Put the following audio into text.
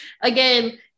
again